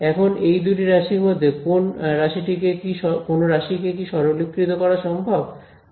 এখন এই দুটি রাশির মধ্যে কোন রাশিকে কি সরলীকৃত করা সম্ভব